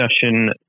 discussion